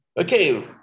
Okay